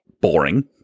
boring